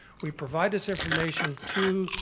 we provide this information to,